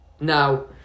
now